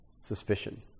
suspicion